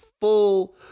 full